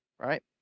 right